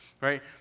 right